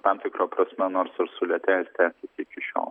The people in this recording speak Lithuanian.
tam tikra prasme nors ir sulėtėjęs tęsiasi iki šiol